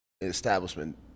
establishment